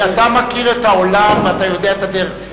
אתה מכיר את העולם ואתה יודע את הדרך.